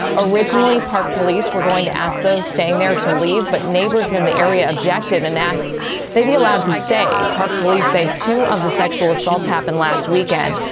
originally, park police were going to ask those staying there to leave. but neighbors in the area objected and asked they'd be allowed to stay. park police say two of the sexual assaults happened last weekend.